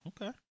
Okay